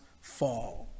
fall